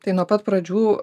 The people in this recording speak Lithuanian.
tai nuo pat pradžių